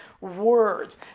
words